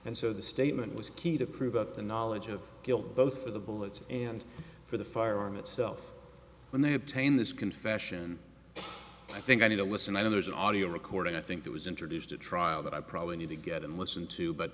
and so the statement was key to prove up the knowledge of guilt both for the bullets and for the firearm itself when they obtained this confession i think i need to listen i don't there's an audio recording i think that was introduced at trial that i probably need to get and listen to but